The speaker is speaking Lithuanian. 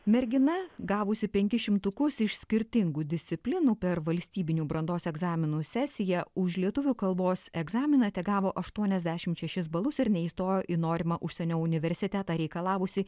mergina gavusi penkis šimtukus iš skirtingų disciplinų per valstybinių brandos egzaminų sesiją už lietuvių kalbos egzaminą tegavo aštuoniasdešimt šešis balus ir neįstojo į norimą užsienio universitetą reikalavusį